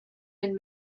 been